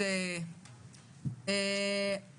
בעקבות